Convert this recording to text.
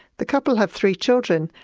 the couple have three children,